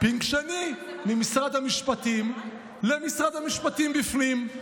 פינג שני: ממשרד המשפטים למשרד המשפטים בפנים.